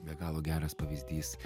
be galo geras pavyzdys